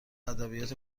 ادبیات